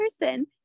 person